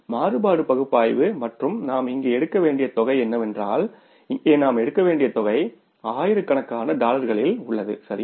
மாறுபாடு பகுப்பாய்வு மற்றும் நாம் இங்கு எடுக்க வேண்டிய தொகை என்னவென்றால் இங்கே நாம் எடுக்க வேண்டிய தொகை ஆயிரக்கணக்கான டாலர்களில் உள்ளது சரியா